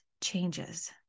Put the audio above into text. changes